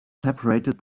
separated